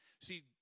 See